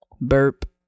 burp